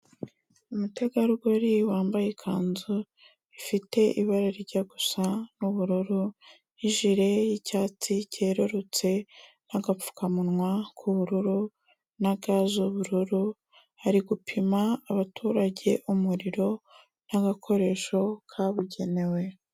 Umutegarugori wambaye ikanzu ifite ibara rijya gusa n'ubururu n'ijire y'icyatsi cyerurutse n'agapfukamunwa k'ubururu na ga z'ubururu, ari gupima abaturage umuriro n'agakoresho kabugenewe.